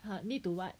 !huh! need to what